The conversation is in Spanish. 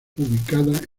ubicada